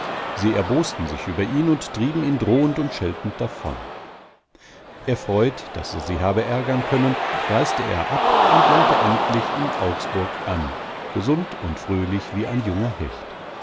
sie erbosten sich über ihn und trieben ihn drohend und scheltend davon erfreut daß er sie habe ärgern können reiste er ab und langte endlich in augsburg an gesund und fröhlich wie ein junger hecht